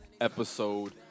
episode